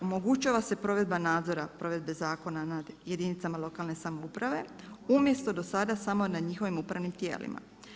Omogućava se provedba nadzora provedbe zakona nad jedinicama lokalne samouprave umjesto do sada samo nad njihovim upravnim tijelima.